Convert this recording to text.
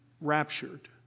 raptured